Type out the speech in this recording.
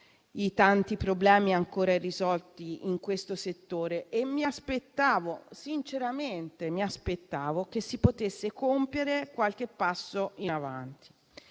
i tanti problemi ancora irrisolti in questo settore e mi aspettavo sinceramente che si potesse compiere qualche passo in avanti.